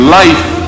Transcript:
life